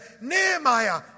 Nehemiah